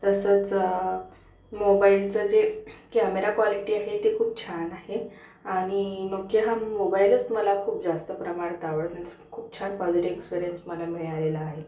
तसंच मोबाईलचं जे कॅमेरा क्वालिटी आहे ते खूप छान आहे आणि नोकिया हा मोबाईलच मला खूप जास्त प्रमाणात आवडला खूप छान पॉझिटिव एक्सपिरियन्स मला मिळालेला आहे